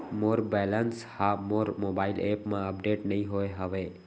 मोर balance हा मोर mobile app मा अपडेट नहीं होय हवे